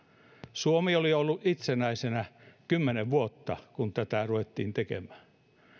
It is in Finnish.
suomi oli ollut itsenäisenä kymmenen vuotta kun tätä ruvettiin tekemään